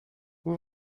vous